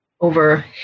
over